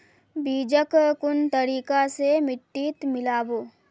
बीजक कुन तरिका स मिट्टीत मिला बो